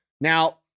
Now